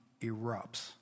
erupts